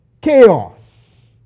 chaos